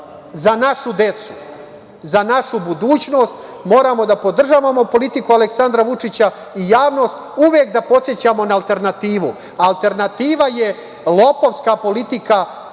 „Za našu decu“, za našu budućnost. Moramo da podržavamo politiku Aleksandra Vučića i javnost da uvek podsećamo na alternativu. Alternativa je lopovska politika